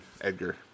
Edgar